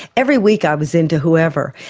every week i was into whoever.